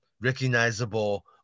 recognizable